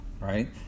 right